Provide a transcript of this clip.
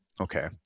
Okay